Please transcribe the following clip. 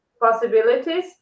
possibilities